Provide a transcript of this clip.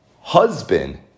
husband